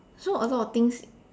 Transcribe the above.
so a lot of things